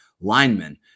linemen